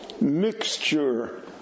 mixture